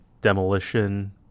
demolition